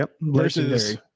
versus